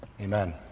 Amen